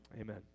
Amen